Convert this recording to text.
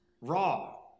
raw